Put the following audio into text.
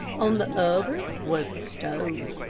on the other was a stove,